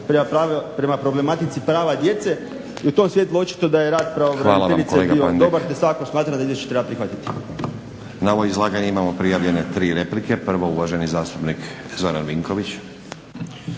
prema problematici prava djece i u tom svjetlu očito da je rad pravobraniteljice bio dobar i svakako smatram da izvješće treba prihvatiti. **Stazić, Nenad (SDP)** Na ovo izlaganje imamo prijavljene 3 replike. Prvo uvaženi zastupnik Zoran Vinković.